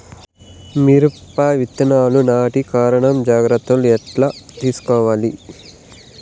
మిరప విత్తనాలు నాటి రకం జాగ్రత్తలు ఎట్లా తీసుకోవాలి?